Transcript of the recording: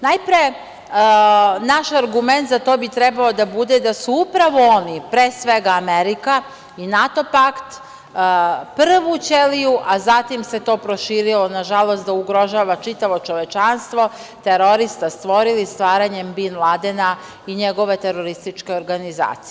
Najpre, naš argument za to bi trebalo da budu da su upravo oni, pre svega Amerika i NATO pakt, prvu ćeliju, a zatim se to proširilo, nažalost, da ugrožava čitavo čovečanstvo, terorista, stvorili stvaranjem Bin Ladena i njegove terorističke organizacije.